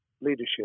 leadership